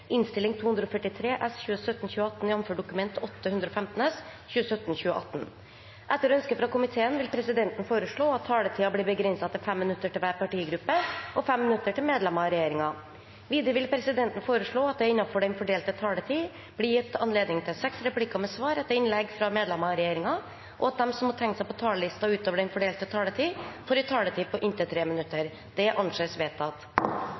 vil presidenten foreslå at taletiden blir begrenset til 5 minutter til hver partigruppe og 5 minutter til medlemmer av regjeringen. Videre vil presidenten foreslå at det – innenfor den fordelte taletid – blir gitt anledning til seks replikker med svar etter innlegg fra medlemmer av regjeringen, og at de som måtte tegne seg på talerlisten utover den fordelte taletid, får en taletid på inntil 3 minutter. – Det anses vedtatt.